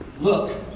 Look